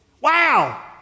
Wow